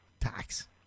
Tax